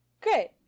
Great